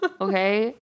Okay